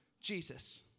Jesus